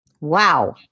Wow